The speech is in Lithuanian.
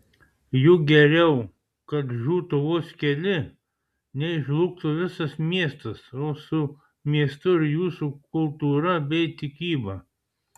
juk geriau kad žūtų vos keli nei žlugtų visas miestas o su miestu ir jūsų kultūra bei tikyba